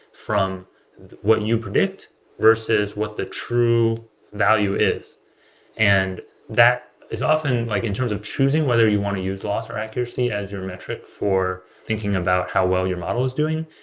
from what you predict versus what the true value is and that that is often, like in terms of choosing whether you want to use loss or accuracy as your metric for thinking about how well your model is doing,